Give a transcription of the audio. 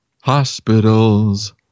Hospitals